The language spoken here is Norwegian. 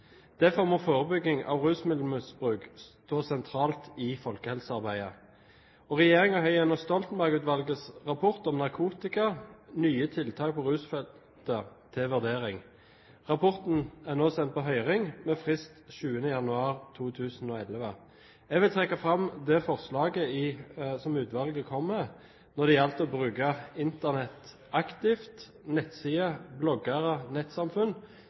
Derfor må forebygging av rusmiddelmisbruk stå sentralt i folkehelsearbeidet. Regjeringen har gjennom Stoltenberg-utvalgets rapport om narkotika nye tiltak på rusfeltet til vurdering. Rapporten er nå sendt på høring, med frist 7. januar 2011. Jeg vil trekke fram det forslaget som utvalget kom med når det gjelder å bruke Internett aktivt: nettsider, blogger og nettsamfunn